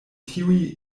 tiuj